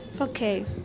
Okay